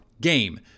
game